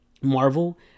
Marvel